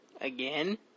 again